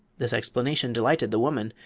this explanation delighted the woman,